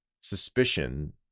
suspicion